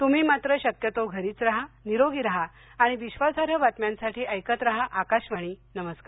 तुम्ही मात्र शक्यतो घरीच राहा निरोगी राहा आणि विश्वासार्ह बातम्यांसाठी ऐकत राहा आकाशवाणी नमस्कार